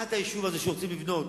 לקחת את היישוב הזה שרוצים לבנות